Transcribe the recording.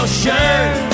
shirt